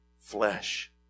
Flesh